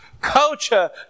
culture